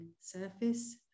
surface